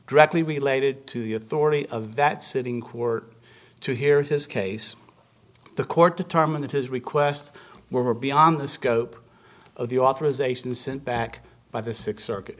directly related to the authority of that sitting court to hear his case the court determined that his request were beyond the scope of the authorization sent back by the six circuit